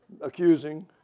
accusing